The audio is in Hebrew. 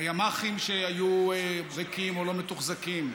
הימ"חים שהיו ריקים או לא מתוחזקים,